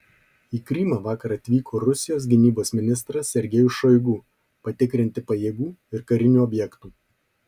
į krymą vakar atvyko rusijos gynybos ministras sergejus šoigu patikrinti pajėgų ir karinių objektų